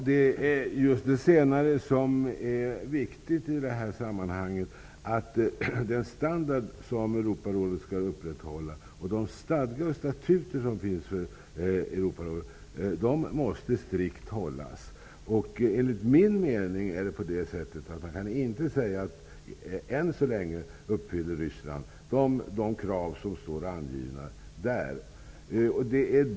Herr talman! Det är det senare som är viktigt i det här sammanhanget, att den standard som Europarådet skall upprätthålla följs och att stadgar och statuter strikt hålls. Enligt min mening kan man än så länge inte säga att Ryssland uppfyller de krav som står angivna.